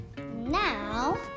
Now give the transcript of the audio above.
now